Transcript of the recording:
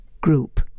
group